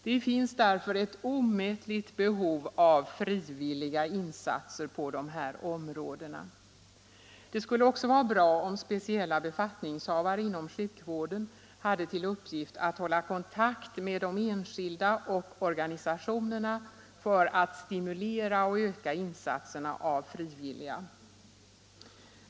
Det finns därför ett omätligt behov av frivilliga insatser på de här områdena. Det skulle också vara bra om speciella befattningshavare inom sjukvården hade till uppgift att hålla kontakt med de enskilda och organisationerna för att stimulera och öka insatserna av frivilliga.